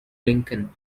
lincoln